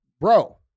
bro